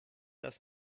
das